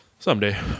Someday